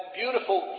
beautiful